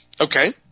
Okay